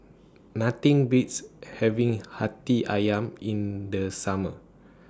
Nothing Beats having Hati Ayam in The Summer